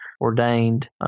Ordained